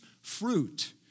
fruit